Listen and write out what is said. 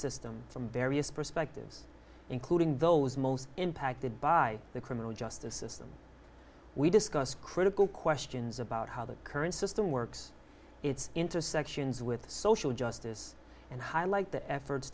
system from various perspectives including those most impacted by the criminal justice system we discussed critical questions about how the current system works its intersections with social justice and highlight the efforts